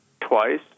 twice